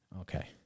Okay